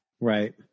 Right